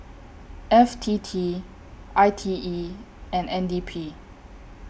F T T I T E and N D P